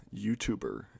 YouTuber